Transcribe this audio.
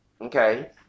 okay